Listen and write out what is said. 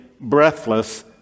breathless